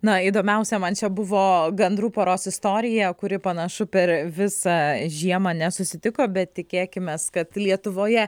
na įdomiausia man čia buvo gandrų poros istorija kuri panašu per visą žiemą nesusitiko bet tikėkimės kad lietuvoje